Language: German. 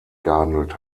gehandelt